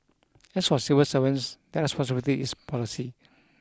as for civil servants their responsibility is policy